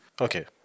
Okay